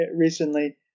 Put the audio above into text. recently